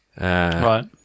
right